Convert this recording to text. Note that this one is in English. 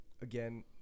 Again